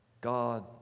God